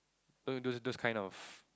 do those those kind of